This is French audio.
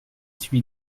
celui